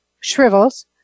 shrivels